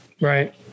right